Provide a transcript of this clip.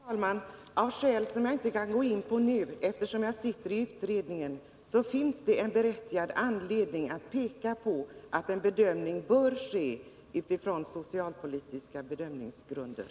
Herr talman! Av skäl som jag inte kan gå in på nu, eftersom jag sitter med i utredningen, finns det berättigad anledning peka på att en bedömning bör göras utifrån socialpolitiska utgångspunkter.